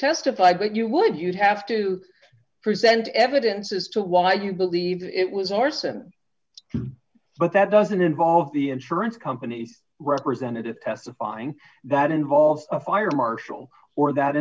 testify but you would you have to present evidence as to why you believe it was arson but that doesn't involve the insurance company's representative testifying that involves a fire marshal or that